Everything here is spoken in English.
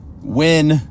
win